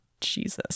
Jesus